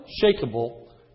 unshakable